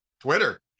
Twitter